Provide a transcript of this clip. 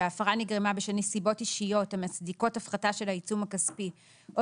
שההפרה נגרמה בשל נסיבות אישיות המצדיקות הפחתה של העיצום הכספי או